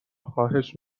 خواهش